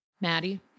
Maddie